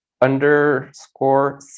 underscore